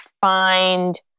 find